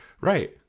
Right